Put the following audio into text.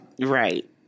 Right